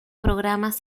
programas